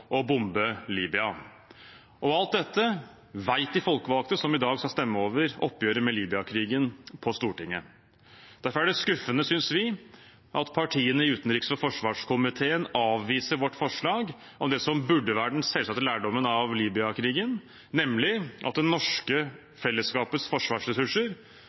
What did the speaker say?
å bombe Libya. Alt dette vet de folkevalgte på Stortinget, som i dag skal stemme over oppgjøret med Libya-krigen. Derfor er det skuffende, synes vi, at partiene i utenriks- og forsvarskomiteen avviser vårt forslag om det som burde være den selvsagte lærdommen av Libya-krigen, nemlig at det norske fellesskapets forsvarsressurser